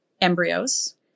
embryos